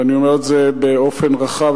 ואני אומר את זה באופן רחב,